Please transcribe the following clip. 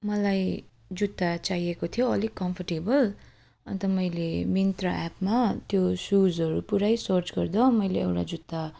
मलाई जुत्ता चाहिएको थियो अलिक कम्फोर्टेबल अन्त मैले मिन्त्रा एपमा त्यो सुजहरू पुरै सर्च गर्दा मैले एउटा जुत्ता